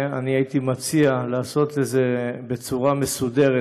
הייתי מציע לעשות את זה בצורה מסודרת,